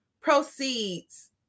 proceeds